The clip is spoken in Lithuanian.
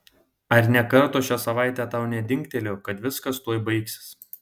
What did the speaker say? ar nė karto šią savaitę tau nedingtelėjo kad viskas tuoj baigsis